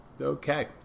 Okay